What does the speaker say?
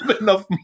enough